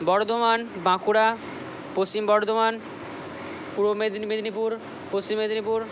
Bardhaman Bankura Paschim Bardhaman Purba Medinipur Paschim Medinipur